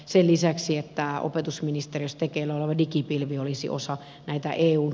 sen lisäksi että opetusministeriöstäkelmedici pilvi olisi osa näitä eun